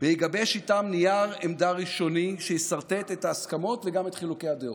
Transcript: ויגבש איתם נייר עמדה ראשוני שיסרטט את ההסכמות וגם את חילוקי הדעות.